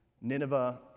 Nineveh